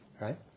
right